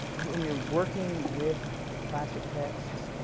when you're working with classic texts,